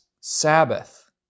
Sabbath